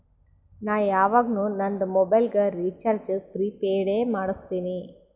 ನಾ ಯವಾಗ್ನು ನಂದ್ ಮೊಬೈಲಗ್ ರೀಚಾರ್ಜ್ ಪ್ರಿಪೇಯ್ಡ್ ಎ ಮಾಡುಸ್ತಿನಿ